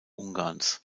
ungarns